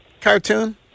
cartoon